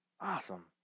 Awesome